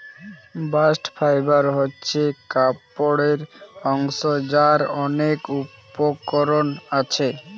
bast fibre হচ্ছে কাপড়ের আঁশ যার অনেক উপকরণ আছে